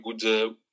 good